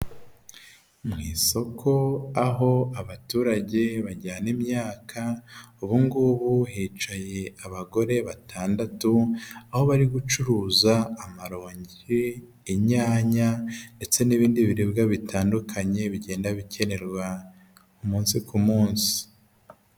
Mu isoko aho abaturage bajyana imyaka, ubungubu hicaye abagore batandatu, aho bari gucuruza amaronji, inyanya ndetse n'ibindi biribwa bitandukanye bigenda bikenerwa umunsi ku munsi.